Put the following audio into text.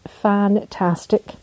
fantastic